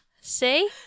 See